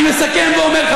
אני מסכם ואומר,